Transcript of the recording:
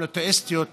המונותיאיסטיות לפחות,